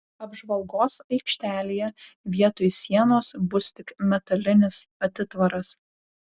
apžvalgos aikštelėje vietoj sienos bus tik metalinis atitvaras